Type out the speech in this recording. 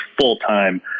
full-time